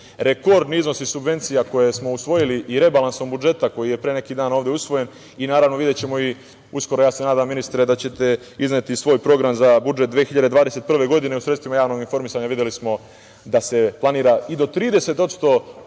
Rekordni iznosi subvencija koje smo usvojili i rebalansom budžeta koji je pre neki dan ovde usvojen. Naravno, videćemo uskoro, ja se nadam, ministre, da ćete izneti svoj program za budžet 2021. godine. U sredstvima javnog informisanja videli smo da se planira i do 30%